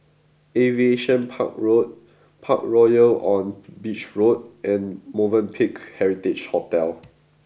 Aviation Park Road Parkroyal on Beach Road and Movenpick Heritage Hotel